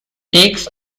takes